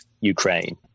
Ukraine